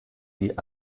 die